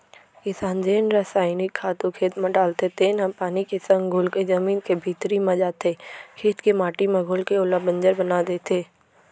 किसान जेन रसइनिक खातू खेत म डालथे तेन ह पानी के संग घुलके जमीन के भीतरी म जाथे, खेत के माटी म घुलके ओला बंजर बना देथे